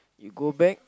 you go back